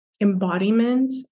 embodiment